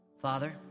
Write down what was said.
Father